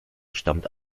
stammt